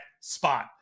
spot